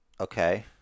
Okay